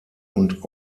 und